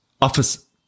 office